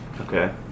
Okay